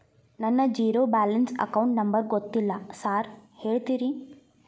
ನನ್ನ zero balance account number ಗೊತ್ತಿಲ್ಲ sir ಹೇಳ್ತೇರಿ?